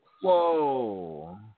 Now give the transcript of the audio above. Whoa